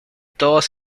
todos